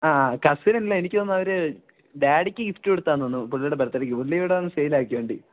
ആഹ് cousin അല്ല എനിക്ക് തോന്നുന്നു അവര് ഡാഡിക്ക് ഗിഫ്റ്റ് കൊടുത്തതാണെന്ന് തോന്നുന്നു പുള്ളിയുടെ ബർത്ത്ഡേക്ക് പുള്ളി ഇവിടെ വന്ന് സെയിലാക്കി വണ്ടി